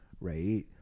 right